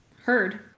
heard